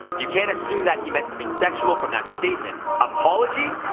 you can't assume that he meant something sexual from that statement. apology?